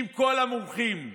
האם כל המומחים טועים?